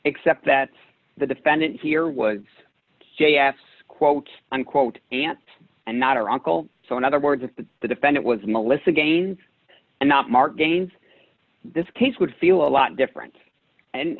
except that the defendant here was j f k s quote unquote aunt and not her uncle so in other words if the defendant was melissa gaines and not mark gaines this case would feel a lot different and